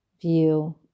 view